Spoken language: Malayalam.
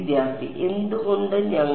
വിദ്യാർത്ഥി എന്തുകൊണ്ട് ഞങ്ങൾ